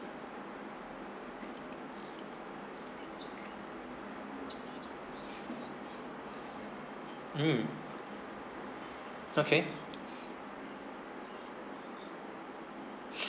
mm okay